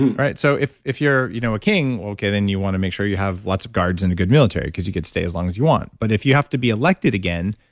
and right? so, if if you're you know a king, okay, well then you want to make sure you have lots of guards and a good military, because you could stay as long as you want. but if you have to be elected again,